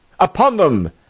upon them!